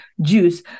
juice